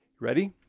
ready